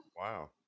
wow